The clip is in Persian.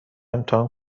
امتحان